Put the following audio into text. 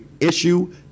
issue